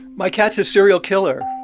my cat's a serial killer.